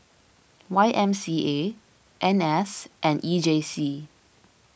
Y M C A N S and E J C